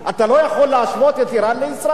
אתה לא יכול להשוות את אירן לישראל,